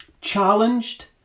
challenged